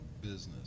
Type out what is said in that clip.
business